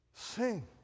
Sing